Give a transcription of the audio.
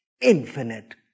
infinite